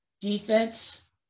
Defense